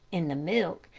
in the milk,